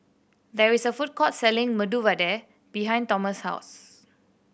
there is a food court selling Medu Vada behind Tomas' house